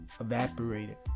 Evaporated